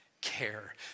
care